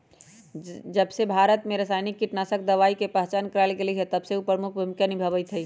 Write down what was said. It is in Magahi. जबसे भारत में रसायनिक कीटनाशक दवाई के पहचान करावल गएल है तबसे उ प्रमुख भूमिका निभाई थई